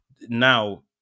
Now